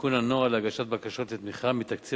לתיקון הנוהל להגשת בקשות לתמיכה מתקציב